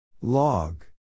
Log